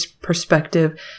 perspective